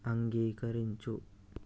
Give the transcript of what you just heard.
అంగీకరించు